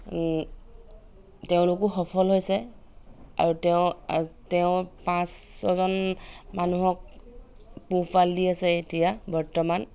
তেওঁলোকো সফল হৈছে আৰু তেওঁ তেওঁ পাঁচ ছজন মানুহক পোহপাল দি আছে এতিয়া বৰ্তমান